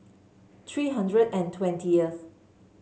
three hundred and twentieth